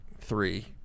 three